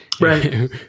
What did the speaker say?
Right